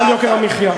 בושה.